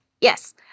Yes